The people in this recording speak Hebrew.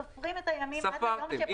אנחנו סופרים את הימים עד היום שבדקנו.